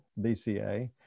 BCA